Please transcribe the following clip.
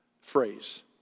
phrase